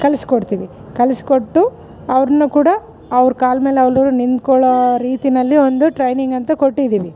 ಕಲಿಸ್ಕೊಡ್ತೀವಿ ಕಲಿಸ್ಕೊಟ್ಟು ಅವ್ರನ್ನ ಕೂಡ ಅವ್ರ ಕಾಲಮೇಲೆ ಅವರು ನಿಂತ್ಕೊಳೋ ರೀತಿನಲ್ಲಿ ಒಂದು ಟ್ರೈನಿಂಗ್ ಅಂತ ಕೊಟ್ಟಿದೀವಿ